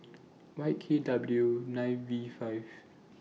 Y K W nine V five